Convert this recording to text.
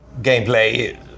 gameplay